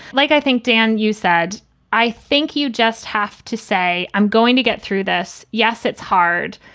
like, i think, dan, you said i think you just have to say i'm going to get through this. yes, it's hard.